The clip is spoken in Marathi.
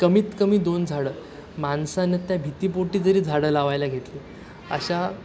कमीत कमी दोन झाडं माणसानं त्या भीतीपोटी तरी झाडं लावायला घेतले अशा